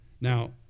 Now